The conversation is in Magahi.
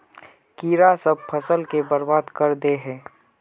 कीड़ा सब फ़सल के बर्बाद कर दे है?